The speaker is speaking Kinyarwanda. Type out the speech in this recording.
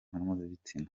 mpuzabitsina